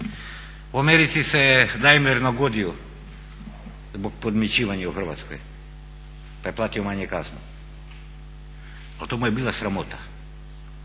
U Americi se Daimler nagodio zbog podmićivanja u Hrvatskoj pa je platio manje kaznu, ali to mu je bila sramota